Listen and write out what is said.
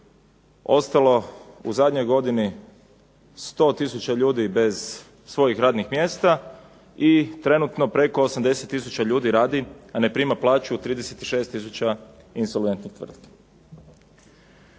ostalo u zadnjoj godini 100000 ljudi bez svojih radnih mjesta i trenutno preko 80000 ljudi radi, a ne prima plaću od 36000 insolventnih tvrtki.